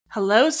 Hello